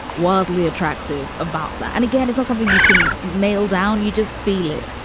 wildly attractive about that. and again, isn't something you can nail down you just feel it.